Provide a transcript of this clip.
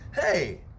hey